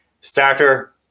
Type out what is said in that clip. Starter